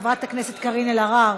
חברת הכנסת קארין אלהרר,